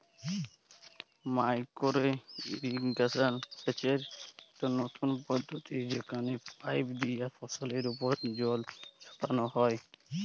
micro irrigation সেচের ইকট লতুল পদ্ধতি যেখালে পাইপ লিয়ে ফসলের উপর জল ছড়াল হ্যয়